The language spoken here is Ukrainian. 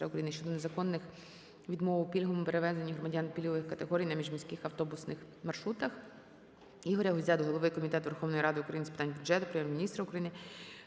Прем'єр-міністра України щодо незаконних відмов у пільговому перевезенні громадян пільгових категорій на міжміських автобусних маршрутах. ІгоряГузя до голови Комітету Верховної Ради України з питань бюджету, Прем'єр-міністра України